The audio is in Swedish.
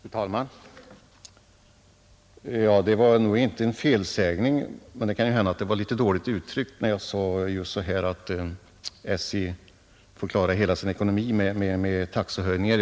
Fru talman! Det var nog inte en felsägning, men det kan hända att det var litet dåligt uttryckt när jag sade att SJ klarar hela sin ekonomi med taxehöjningar.